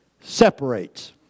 separates